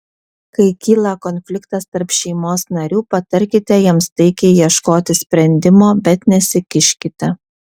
kai kyla konfliktas tarp šeimos narių patarkite jiems taikiai ieškoti sprendimo bet nesikiškite